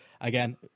again